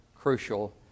crucial